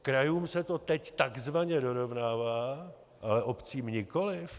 Krajům se to teď takzvaně dorovnává, ale obcím nikoliv?